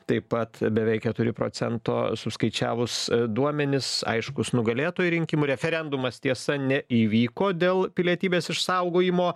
taip pat beveik keturi procento suskaičiavus duomenis aiškus nugalėtojų rinkimų referendumas tiesa neįvyko dėl pilietybės išsaugojimo